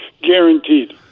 Guaranteed